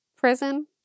prison